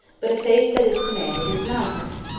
but a faith that is commanded is nonsense.